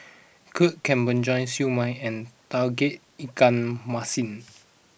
Kuih Kemboja Siew Mai and Tauge Ikan Masin